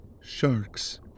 sharks